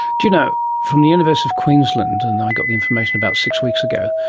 do you know, from the university of queensland, and i got the information about six weeks ago,